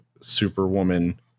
Superwoman